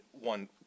one